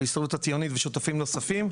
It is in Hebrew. ההסתדרות הציונית ושותפים נוספים.